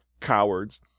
cowards